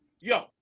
Yo